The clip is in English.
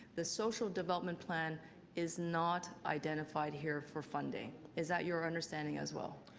the social development plan is not identified here for funding. is that your understanding as well?